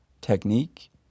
technique